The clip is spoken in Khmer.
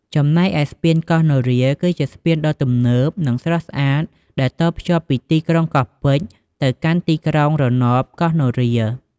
ចំណែកឯស្ពានកោះនរា គឺជាស្ពានដ៏ទំនើប និងស្រស់ស្អាតដែលតភ្ជាប់ពីទីក្រុងកោះពេជ្រទៅកាន់ទីក្រុងរណបកោះនរា។